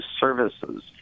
services